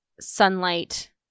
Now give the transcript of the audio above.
sunlight